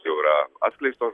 jau yra atskleistos